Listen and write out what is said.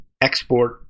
export